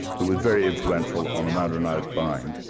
who was very influential on amanda and i's buying,